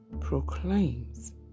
proclaims